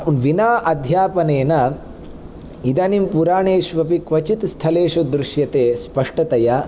विना अध्यापनेन इदानीं पुराणेष्वपि क्वचित् स्थलेषु दृश्यते स्पष्टतया